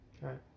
Right